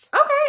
Okay